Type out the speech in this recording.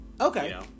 Okay